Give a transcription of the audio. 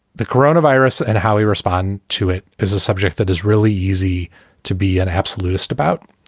the corona virus and how he respond to it is a subject that is really easy to be an absolutist about.